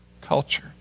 culture